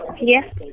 Yes